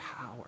power